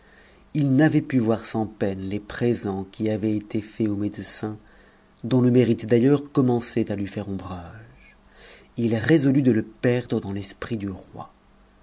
il n'avait pu voir sans peine les présents qui avaient été faits au médecin dont le mérite d'ailleurs commençait à lui faire ombrage il résolut de le perdre dans l'esprit du roi